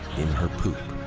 in her poop.